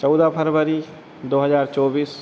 चौदह फरवरी दो हजार चौबीस